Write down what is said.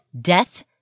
Death